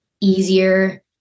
easier